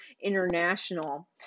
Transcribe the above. International